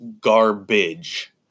garbage